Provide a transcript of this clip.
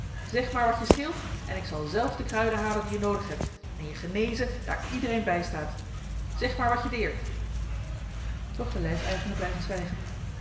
zeg maar wat je scheelt en ik zal zelf de kruiden halen die je noodig hebt en je genezen daar iedereen bijstaat zeg maar wat je deert doch de lijfeigene blijft zwijgen